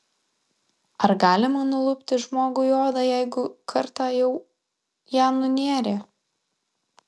ar galima nulupti žmogui odą jeigu kartą jau ją nunėrė